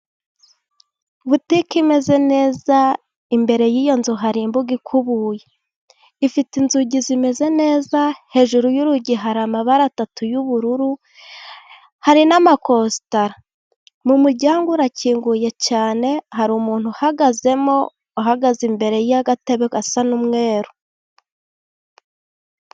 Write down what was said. Butiki imeze neza imbere y'iyo nzu hari imbuga ikubuye, ifite inzugi zimeze neza hejuru y'urugi hari amabara atatu y'ubururu, hari n'amakositara, mu muryango urakinguye cyane hari umuntu uhagazemo uhagaze imbere y' agatebe gasa n'umweru.